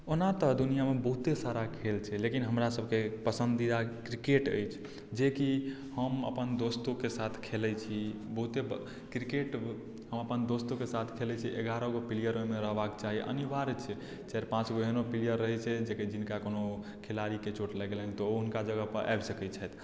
ओना तऽ दुनिआँमे बहुते सारा खेल छै लेकिन हमरासभके पसन्दीदा क्रिकेट अछि जेकि हम अपन दोस्तोके साथ खेलैत छी बहुते क्रिकेट हम अपन दोस्तोके साथ खेलैत छी एगारह गो प्लेयर ओहिमे रहबाक चाही अनिवार्य छै चारि पाँच गो एहनो प्लेयर रहैत छै जे कि जिनका कोनो खेलाड़ीकेँ चोट लागि गेलनि तऽ ओ हुनका जगहपर आबि सकैत छथि